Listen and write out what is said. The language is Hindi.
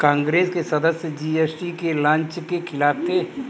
कांग्रेस के सदस्य जी.एस.टी के लॉन्च के खिलाफ थे